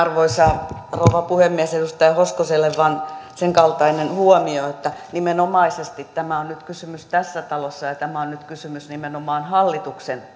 arvoisa rouva puhemies edustaja hoskoselle vain sen kaltainen huomio että nimenomaisesti tämä on nyt kysymys tässä talossa ja tämä on nyt kysymys nimenomaan hallituksen